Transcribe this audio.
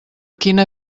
quina